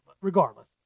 regardless